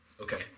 Okay